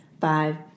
five